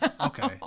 okay